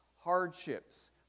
hardships